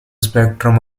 spectrum